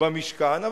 במשכן,